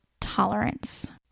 tolerance